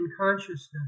consciousness